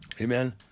Amen